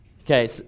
Okay